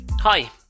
Hi